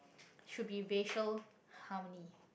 should be racial harmony